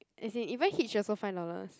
as in even hitch also five dollars